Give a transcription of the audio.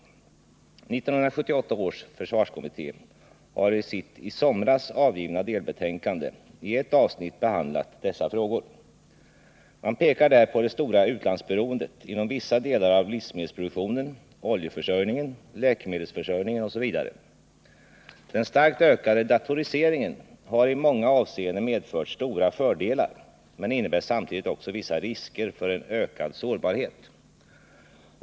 1978 års försvarskommitté har i sitt i somras avgivna delbetänkande i ett avsnitt behandlat dessa frågor. Man pekar där på det stora utlandsberoendet inom vissa delar av livsmedelsproduktionen, oljeförsörjningen, läkemedelsförsörjningen osv. Den starkt ökade datoriseringen har i många avseenden medfört stora fördelar men innebär samtidigt också vissa risker för en ökad sårbarhet.